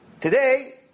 Today